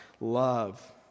love